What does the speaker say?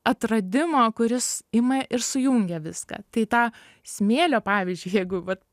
atradimo kuris ima ir sujungia viską tai tą smėlio pavyzdžiui jeigu vat